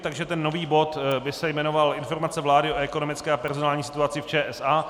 Takže ten nový bod by se jmenoval Informace vlády o ekonomické a personální situaci v ČSA.